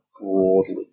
broadly